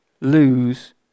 lose